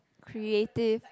creative